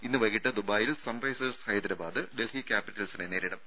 ഇന്ന് വൈകീട്ട് ദുബായിൽ സൺറൈസേഴ്സ് ഹൈദരാബാദ് ഡൽഹി ക്യാപ്പിറ്റൽസിനെ നേരിടും